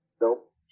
Nope